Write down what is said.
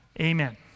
amen